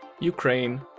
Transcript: ukraine,